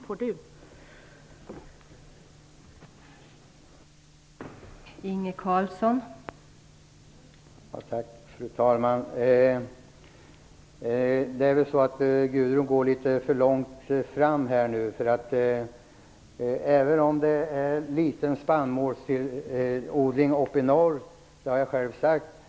Får Inge Carlsson ihop det?